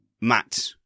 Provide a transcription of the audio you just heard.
Matt